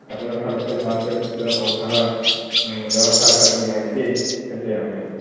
अटनस्थलस्य पार्श्वे कुत्र भवतः व्यवस्था करणीया इति चिन्तयामि अहम्